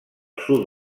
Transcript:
sud